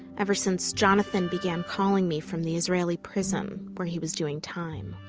ever since jonathan began calling me from the israeli prison where he was doing time